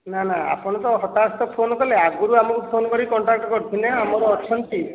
ନା ନା ଆପଣ ତ ହଠାତ୍ ତ ଫୋନ କଲେ ଆଗରୁ ଆମକୁ ଫୋନ କରିକି କଣ୍ଟାକ୍ଟ କରିଥିଲେ ଆମର ଅଛନ୍ତି